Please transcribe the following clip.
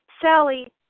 sally